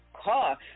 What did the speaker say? car